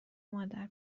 مادر